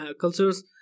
cultures